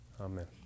Amen